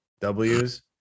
W's